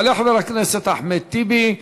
יעלה חבר הכנסת אחמד טיבי,